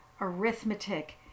Arithmetic